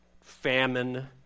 famine